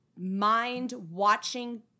mind-watching